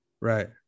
Right